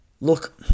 Look